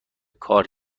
کار